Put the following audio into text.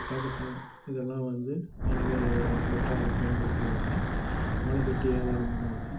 காக்கட்டான் இதெல்லாம் வந்து மாலை கட்ட பயன்படுத்திக்குவாங்க மாலை கட்டி வியாபாரம் பண்ணுவாங்க